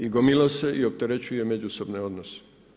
I gomila se i opterećuje međusobne odnose.